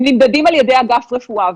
הם נמדדים על ידי אגף רפואה.